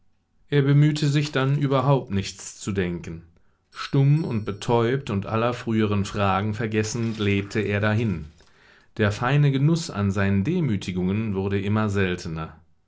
er bemühte sich dann überhaupt nichts zu denken stumm und betäubt und aller früheren fragen vergessend lebte er dahin der feine genuß an seinen demütigungen wurde immer seltener